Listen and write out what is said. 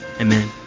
Amen